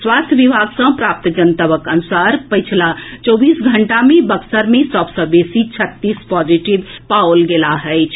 स्वास्थ्य विभाग सँ प्राप्त जनतबक अनुसार पछिला चौबीस घंटा मे बक्सर मे सभ सँ बेसी छत्तीस पॉजिटिव पाओल गेलाह अछि